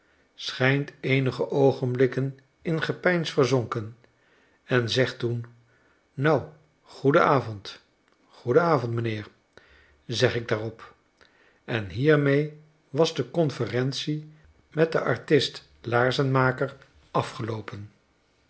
schijnt eenige oogenblikken in gepeins verzonken en zegt toen nou goeien avond goeden avond m'nheer zeg ik daarop en hiermee was de conferentie met den artist laarzenmaker afgeloopen